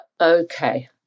Okay